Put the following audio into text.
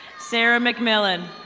sarah mcmillin.